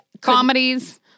Comedies